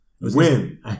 Win